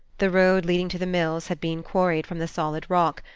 the road leading to the mills had been quarried from the solid rock,